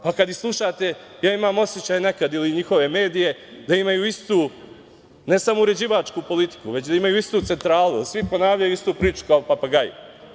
Pa, kad ih slušate, ja imam osećaj nekad, ili njihove medije, da imaju istu ne samo uređivačku politiku, već da imaju istu centralu, da svi ponavljaju istu priču, kao papagaji.